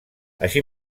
així